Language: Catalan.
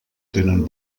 tenen